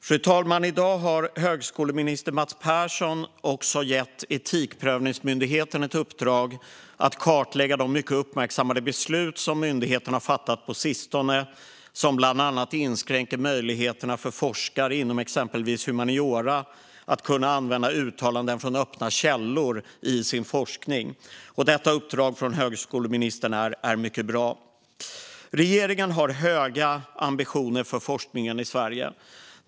Fru talman! I dag har högskoleminister Mats Persson gett Etikprövningsmyndigheten i uppdrag att kartlägga de mycket uppmärksammade beslut som myndigheten fattat på sistone och som bland annat inskränker möjligheterna för forskare inom exempelvis humaniora att använda uttalanden från öppna källor i sin forskning. Detta uppdrag från högskoleministern är mycket bra. Regeringen har höga ambitioner för forskningen i Sverige.